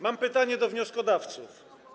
Mam pytanie do wnioskodawców.